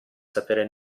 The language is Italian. sapere